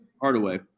Hardaway